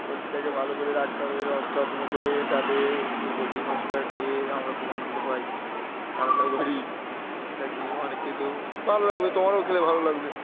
পোলট্রিটাকে ভালো করে রাখতে হবে যত্ন করে যাতে ওই পোলট্রির মাংসটা খেয়ে আমরা খুব আনন্দ পাই আনন্দ করি ইত্যাদি অনেক কিছু ভালো লাগবে তোমারও খেলে ভালো লাগবে